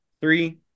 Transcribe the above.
Three